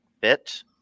bit